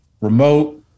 remote